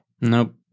Nope